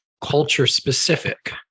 culture-specific